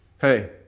Hey